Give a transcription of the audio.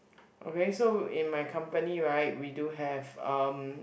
okay so in my company right we do have um